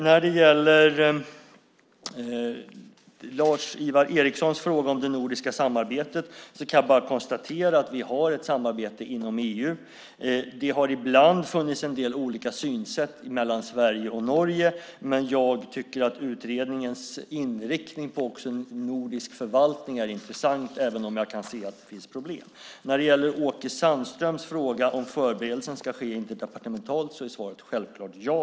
När det gäller Lars-Ivar Ericsons fråga om det nordiska samarbetet kan jag bara konstatera att vi har ett samarbete inom EU. Det har ibland funnits en del olika synsätt mellan Sverige och Norge. Men jag tycker att utredningens inriktning på också en nordisk förvaltning är intressant, även om jag kan se att det finns problem. När det gäller Åke Sandströms fråga om förberedelsen ska ske interdepartementalt är svaret självklart ja.